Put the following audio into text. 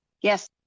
Yes